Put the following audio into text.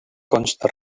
consta